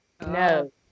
No